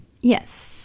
yes